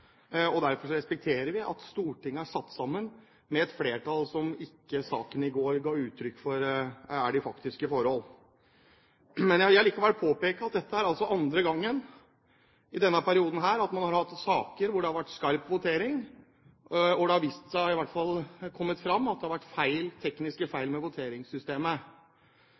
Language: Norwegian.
og derfor respekterer vi at Stortinget er satt sammen med et flertall, og saken i går ga ikke uttrykk for de faktiske forhold. Jeg vil likevel påpeke at dette er andre gangen i denne perioden man har hatt saker hvor det har vært skarp votering, og hvor det har vist seg – i hvert fall har det kommet fram – at det har vært tekniske feil med voteringssystemet.